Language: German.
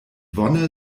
wonne